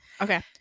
Okay